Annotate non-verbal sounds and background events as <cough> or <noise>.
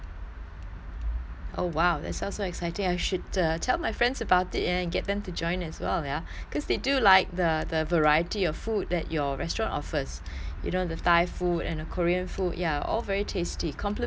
oh !wow! that sounds so exciting I should uh tell my friends about it and then get them to join as well ya <breath> because they do like the the variety of food that your restaurant offers <breath> you know the thailand food and uh korean food ya all very tasty compliments to the chef <laughs>